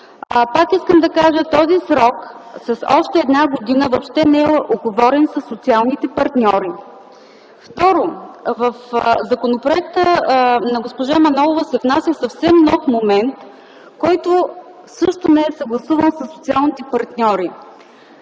Пак искам да кажа, този срок – с още една година, въобще не е уговорен със социалните партньори. В законопроекта на госпожа Манолова се внася съвсем нов момент, който също не е съгласуван със социалните партньори.